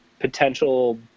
potential